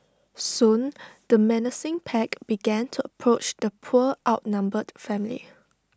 soon the menacing pack began to approach the poor outnumbered family